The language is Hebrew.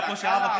אבל כבר הוספתי.